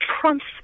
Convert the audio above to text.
trumps